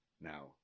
Now